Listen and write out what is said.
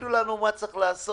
תגידו לנו מה צריך לעשות,